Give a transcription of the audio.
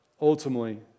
ultimately